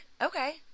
Okay